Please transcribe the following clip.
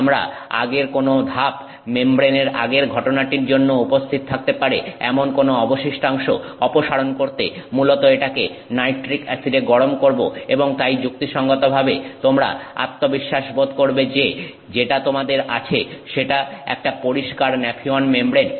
আমরা আগের কোনো ধাপ মেমব্রেনের আগের ঘাটাঘাটির জন্য উপস্থিত থাকতে পারে এমন কোনো অবশিষ্টাংশ অপসারণ করতে মূলত এটাকে নাইট্রিক অ্যাসিডে গরম করব এবং তাই যুক্তিসঙ্গতভাবে তোমরা আত্মবিশ্বাস বোধ করবে যে যেটা তোমাদের আছে সেটা একটা পরিষ্কার ন্যাফিয়ন মেমব্রেন